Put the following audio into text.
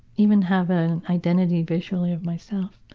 even have a identity visually of myself.